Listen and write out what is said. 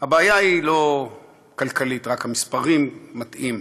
הבעיה היא לא כלכלית, רק המספרים מטעים,